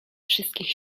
wszystkich